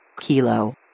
Kilo